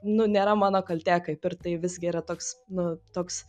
nu nėra mano kaltė kaip ir tai visgi yra toks nu toks